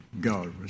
God